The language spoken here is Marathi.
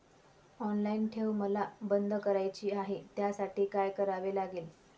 ऑनलाईन ठेव मला बंद करायची आहे, त्यासाठी काय करावे लागेल?